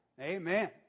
Amen